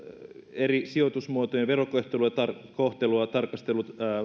eri sijoitusmuotojen verokohtelua tarkastellut